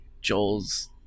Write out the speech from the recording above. Joel's